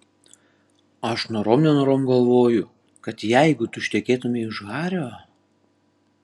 aš norom nenorom galvoju kad jeigu tu ištekėtumei už hario